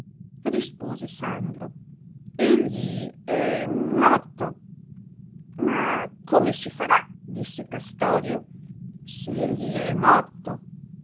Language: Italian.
rispose sandro egli è morto ma come si farà disse castorio se egli è morto